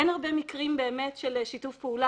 אין הרבה מקרים באמת של שיתוף פעולה,